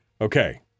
Okay